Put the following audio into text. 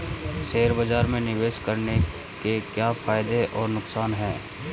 Share बाज़ार में निवेश करने के क्या फायदे और नुकसान हैं?